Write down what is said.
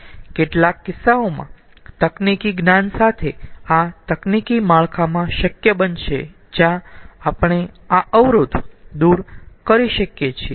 કેટલાક કિસ્સાઓમાં તકનીકી જ્ઞાન સાથે આ તકનીકી માળખામાં શક્ય બનશે જ્યા આપણે આ અવરોધ દૂર કરીયે છીએ